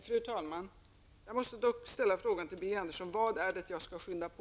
Fru talman! Jag måste dock ställa frågan till Birger Andersson: Vad är det jag skall skynda på?